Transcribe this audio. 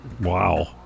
Wow